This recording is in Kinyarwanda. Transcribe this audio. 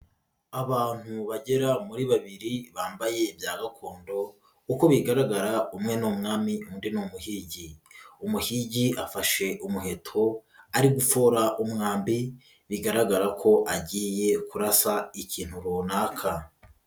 Abantu bagera muri babiri bambaye bya gakondo uko bigaragara umwe ni umwami undi ni umuhigi, umuhigi afashe umuheto ari gufora umwambi bigaragara ko agiye kurasa ikintu runaka.